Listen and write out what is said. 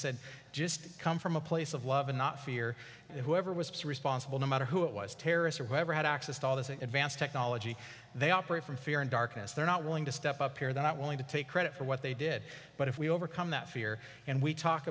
said just come from a place of love and not fear whoever was responsible no matter who it was terrorists or whoever had access to all this an advanced technology they operate from fear and darkness they're not willing to step up here they're not willing to take credit for what they did but if we overcome that fear and we talk